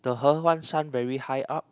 the He-Huan-Shan very high up